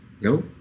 No